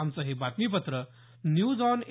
आमचं हे बातमीपत्र न्यूज ऑन ए